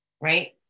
right